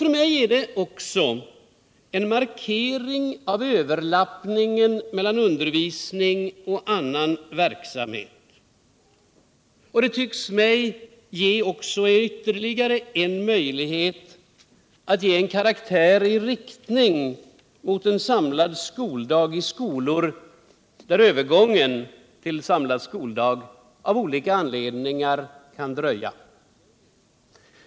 För mig innebär den också en markering av överlappningen mellan undervisning och annan verksamhet och en vtterligare möjlighet till inriktning mot samlad skoldag i skolor, där övergången till en sådan av olika anledningar kan dröja.